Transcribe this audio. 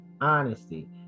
honesty